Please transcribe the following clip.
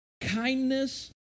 kindness